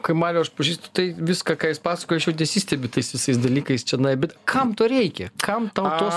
kai marių aš pažįstu tai viską ką jis paskoja aš jau nesistebiu tais visais dalykais čionai bet kam to reikia kam tos